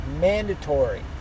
mandatory